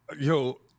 Yo